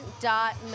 dot